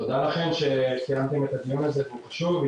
תודה לכם שאתם מקיימים את הדיון הזה והוא חשוב.